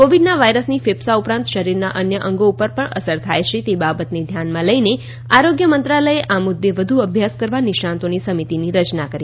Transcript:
કોવીડના વાયરસની ફેફસા ઉપરાંત શરીરના અન્ય અંગો ઉપર પણ અસર થાય છે એ બાબતને ધ્યાનમાં લઈને આરોગ્ય મંત્રાલયે આ મુદ્દે વધુ અભ્યાસ કરવા નિષ્ણાંતોની સમિતીની રચના કરી છે